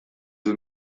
dut